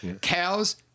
Cows